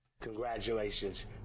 congratulations